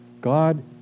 God